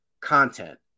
content